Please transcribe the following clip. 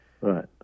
right